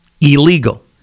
illegal